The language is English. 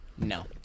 No